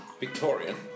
Victorian